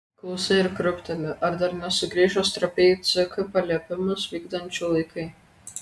klausai ir krūpteli ar dar nesugrįžo stropiai ck paliepimus vykdančių laikai